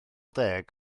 deg